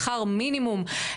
שכר מינימום,